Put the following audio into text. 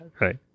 right